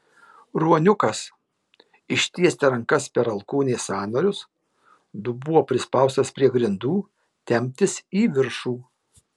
ruoniukas ištiesti rankas per alkūnės sąnarius dubuo prispaustas prie grindų temptis į viršų